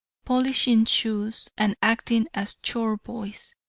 polishing shoes, and acting as chore boys.